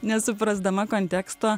nesuprasdama konteksto